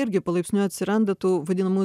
irgi palaipsniui atsiranda tų vadinamų